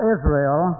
Israel